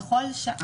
בכל שעה.